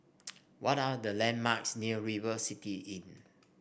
what are the landmarks near River City Inn